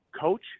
coach